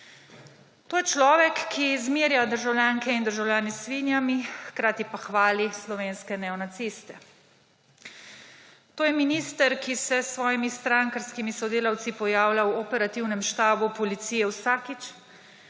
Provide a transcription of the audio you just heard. To je človek, ki zmerja državljanke in državljane s svinjami, hkrati pa hvali slovenske neonaciste. To je minister, ki se s svojimi strankarskimi sodelavci pojavlja v operativnem štabu Policije vsakič,